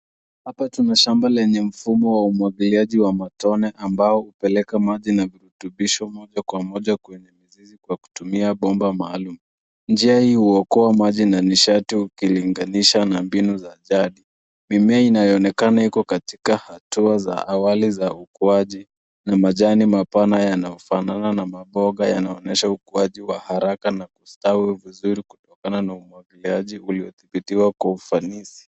Hapa tuna shamba lenye mfumo wa umwagiliaji wa matone ambao hupeleka maji na virutubisho moja kwa moja kwenye mizizi kwa kutumia bomba maalum. Njia hii huokoa maji na nishati ukilinganisha na mbinu za jadi. Mimea inayoonekana iko katika hatua za awali za ukuaji, na majani mapana yanayofanana na maboga yanaonyesha ukuaji wa haraka na kustawi vizuri kutokana na umwagiliaji uliodhibitiwa kwa ufanisi.